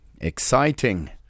exciting